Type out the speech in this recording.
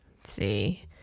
See